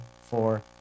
four